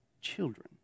children